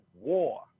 war